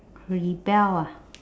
rebel ah